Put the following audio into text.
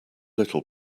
little